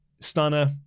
Stunner